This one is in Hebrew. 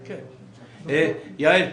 יעל,